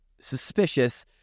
suspicious